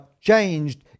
changed